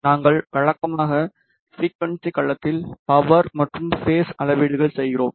நாங்கள் வழக்கமாக ஃபிரிக்குவன்ஸி களத்தில் பவர் மற்றும் பேஸ் அளவீடுகள் செய்கிறோம்